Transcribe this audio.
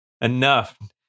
enough